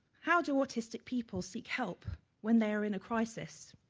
how do autistic people seek help when they are in a crisis?